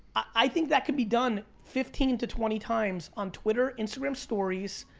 i think that could be done fifteen to twenty times on twitter, instagram stories,